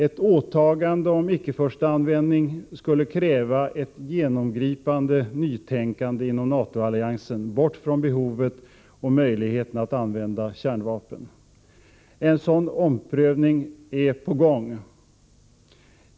Ett åtagande om icke-förstaanvändning skulle kräva ett genomgripande nytänkande inom NATO-alliansen, bort från behovet och möjligheten att använda kärnvapen. En sådan omprövning är på gång.